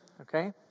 Okay